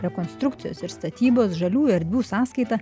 rekonstrukcijos ir statybos žaliųjų erdvių sąskaita